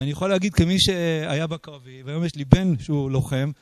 אני יכול להגיד כמי שהיה בקרבי, והיום יש לי בן שהוא לוחם.